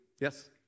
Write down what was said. Yes